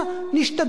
נשתדל.